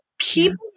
People